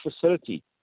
facility